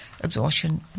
absorption